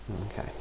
Okay